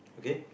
okay